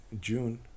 June